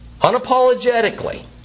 unapologetically